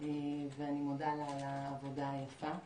ואני מודה לה על העבודה היפה.